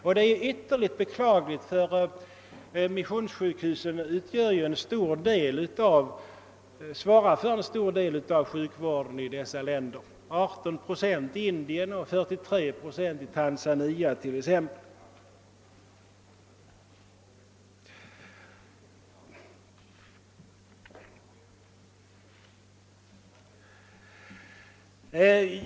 Detta är ytterligt beklagligt, eftersom missionssjukhusen svarar för en stor del av sjukvården i dessa länder — 18 procent i Indien och 43 procent i Tanzania, för att nämna två exempel.